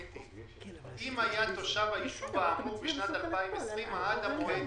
"אם היה תושב היישוב האמור בשנת 2020 עד המועד